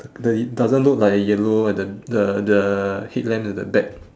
the it doesn't look like a yellow at the the the headlamps at the back